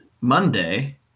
Monday